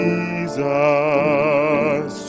Jesus